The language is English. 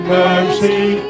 mercy